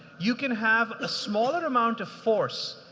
you can have a smaller amount of force.